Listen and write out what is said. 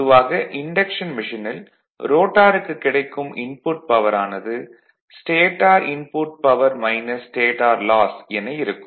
பொதுவாக இன்டக்ஷன் மெஷினில் ரோட்டாருக்கு கிடைக்கும் இன்புட் பவர் ஆனது stator input power stator loss என இருக்கும்